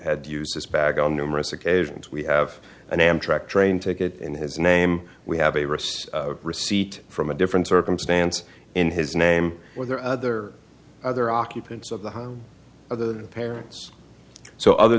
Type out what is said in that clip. had used this bag on numerous occasions we have an amtrak train ticket in his name we have a receipt receipt from a different circumstance in his name were there other other occupants of the home of the parents so other